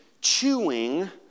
chewing